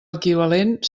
equivalent